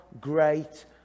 great